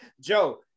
Joe